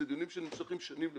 אלה דיונים שנמשכים שנים לפעמים,